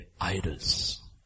idols